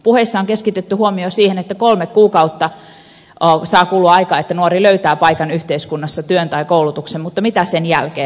puheissa on keskitetty huomio siihen että kolme kuukautta saa kulua aikaa että nuori löytää paikan yhteiskunnassa työn tai koulutuksen mutta mitä sen jälkeen